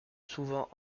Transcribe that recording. souvent